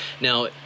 Now